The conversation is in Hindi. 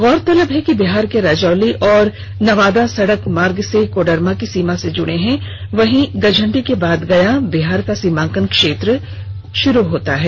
गौरतलब है कि बिहार के रजौली और नवादा सड़क मार्ग से कोडरमा की सीमा से जुड़े हैं वहीं गझण्डी के बाद गया बिहार का सीमांकन क्षेत्र पड़ता है